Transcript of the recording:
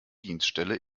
dienststelle